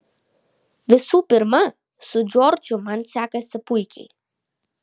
visų pirma su džordžu man sekasi puikiai